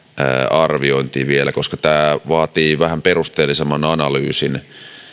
arviointiin vielä koska tunnusmerkistön muuttaminen vaatii vähän perusteellisemman analyysin